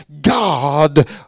God